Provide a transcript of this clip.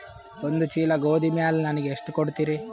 ಒಂದ ಚೀಲ ಗೋಧಿ ಮ್ಯಾಲ ನನಗ ಎಷ್ಟ ಕೊಡತೀರಿ?